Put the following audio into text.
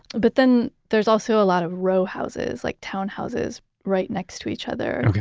but then there's also a lot of row houses like townhouses right next to each other,